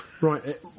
Right